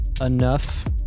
enough